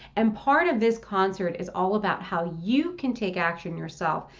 and part of this concert. is all about how you can take action, yourself,